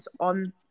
on